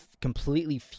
completely